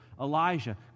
Elijah